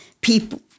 people